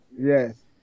Yes